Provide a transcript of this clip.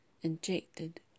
injected